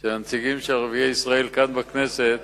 של הנציגים של ערביי ישראל כאן, בכנסת,